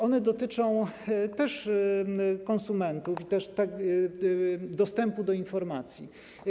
One dotyczą też konsumentów i dostępu do informacji.